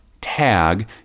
tag